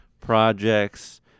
projects